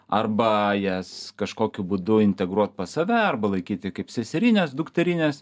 arba jas kažkokiu būdu integruot pas save arba laikyti kaip seserines dukterines